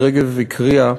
הקריאה,